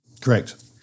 Correct